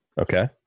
Okay